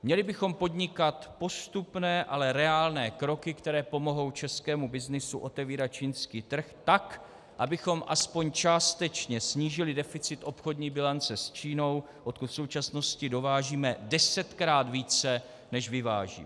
Měli bychom podnikat postupné, ale reálné kroky, které pomohou českému byznysu otevírat čínský trh tak, abychom aspoň částečně snížili deficit obchodní bilance s Čínou, odkud v současnosti dovážíme desetkrát více, než vyvážíme.